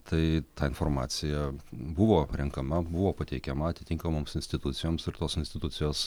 tai ta informacija buvo renkama buvo pateikiama atitinkamoms institucijoms ir tos institucijos